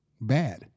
bad